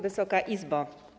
Wysoka Izbo!